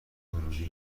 ورودی